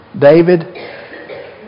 David